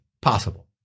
possible